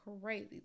crazy